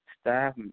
staff